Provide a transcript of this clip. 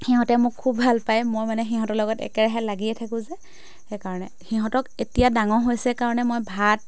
সিহঁতে মোৰ খুব ভাল পায় মই মানে সিহঁতৰ লগত একেৰাহে লাগিয়ে থাকোঁ যে সেইকাৰণে সিহঁতক এতিয়া ডাঙৰ হৈছে কাৰণে মই ভাত